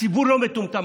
הציבור לא מטומטם.